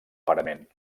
parament